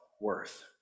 worth